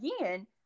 Again